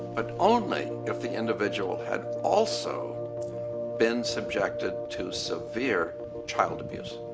but only if the individual had also been subjected to severe child abuse.